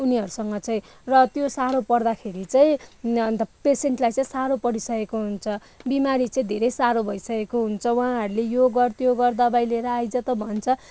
उनीहरूसँग चाहिँ र त्यो साह्रो पर्दाखेरि चाहिँ अन्त पेसेन्टलाई चाहिँ साह्रो परिसकेको हुन्छ बिमारी चाहिँ धेरै साह्रो भइसकेको हुन्छ उहाँहरूले यो गर त्यो गर दबाई लिएर आइज त भन्छ